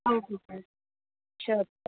ah okay sir sure